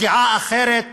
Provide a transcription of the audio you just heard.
בפגיעה אחרת